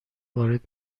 وارد